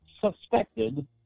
suspected